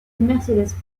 mercedes